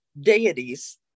deities